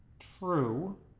true!